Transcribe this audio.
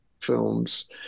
films